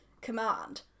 command